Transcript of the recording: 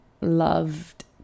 loved